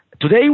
Today